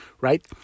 right